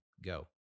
go